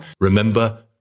remember